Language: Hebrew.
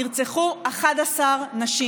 נרצחו 11 נשים,